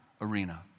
arena